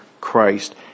Christ